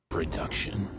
Production